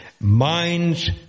Minds